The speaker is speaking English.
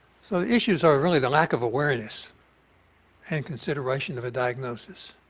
so the issues are really the lack of awareness and consideration of a diagnosis.